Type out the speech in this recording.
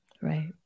Right